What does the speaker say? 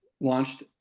launched